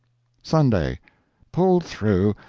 sunday pulled through.